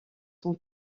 son